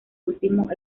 último